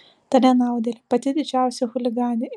ta nenaudėlė pati didžiausia chuliganė